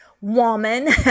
woman